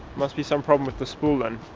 must be some problem with the spool then.